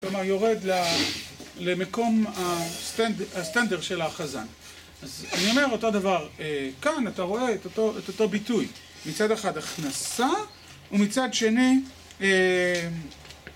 כלומר, יורד למקום הסטנדר של החזן. אז אני אומר אותו דבר כאן, אתה רואה את אותו ביטוי. מצד אחד הכנסה, ומצד שני...